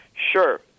Sure